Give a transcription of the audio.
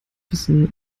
wissen